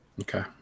Okay